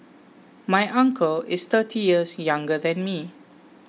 my uncle is thirty years younger than me